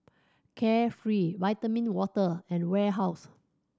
Carefree Vitamin Water and Warehouse